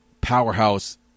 Powerhouse